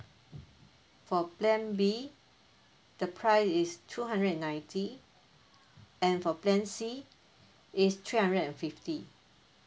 for plan B the price is two hundred and ninety and for plan C is three hundred and fifty